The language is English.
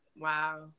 Wow